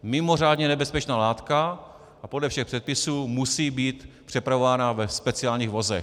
Mimořádně nebezpečná látka a podle všech předpisů musí být přepravována ve speciálních vozech.